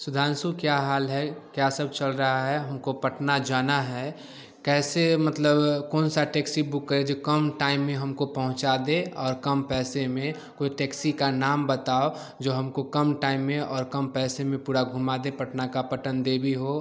सुधांशु क्या हाल हैं क्या सब चल रहा है हमको पटना जाना है कैसे मतलब कौन सा टेक्सी बुक करें जो कम टाइम में हमको पहुँचा दे और कम पैसे में कोई टेक्सी का नाम बताओ जो हमको कम टाइम में और कम पैसे में पूरा घुमा दे पटना का पटन देवी हो